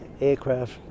aircraft